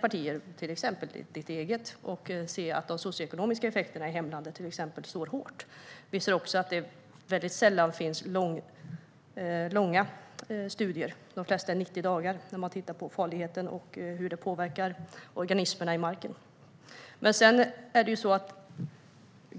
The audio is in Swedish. partier, till exempel ditt eget, och se att till exempel de socioekonomiska effekterna i hemlandet slår hårt. Vi ser också att det väldigt sällan finns långa studier. De flesta är 90 dagar när man tittar på farligheten och hur det påverkar organismerna i marken.